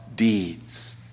deeds